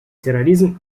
терроризм